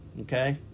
okay